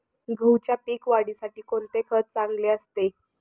गहूच्या पीक वाढीसाठी कोणते खत चांगले असते?